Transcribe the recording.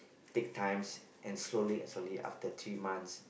take times and slowly slowly after three months